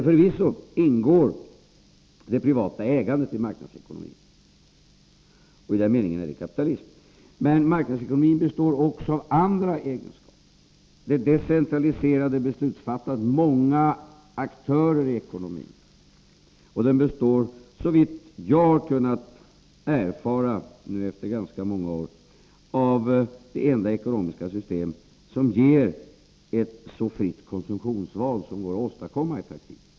Förvisso ingår det privata ägandet i marknadsekonomin, och i den meningen är det kapitalism, men marknadsekonomin har också andra beståndsdelar. Dit hör det decentraliserade beslutsfattandet — det finns många aktörer i ekonomin — och den är, såvitt jag har kunnat erfara efter ganska många år, det enda ekonomiska system som ger ett så fritt konsumtionsval som går att åstadkomma i praktiken.